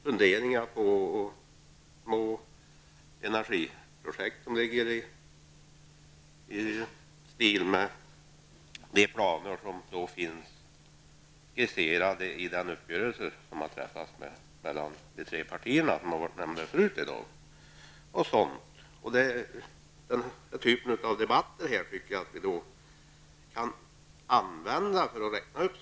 Jag vet t.ex. att man funderar över energiprojekt i stil med de planer som finns skisserade i den trepartiuppgörelse som har träffats, som nämnts tidigare i dag. Det är i den typen av debatter som vi kan ta upp sådana här saker.